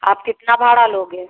आप कितना भाड़ा लोगे